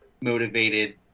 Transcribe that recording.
motivated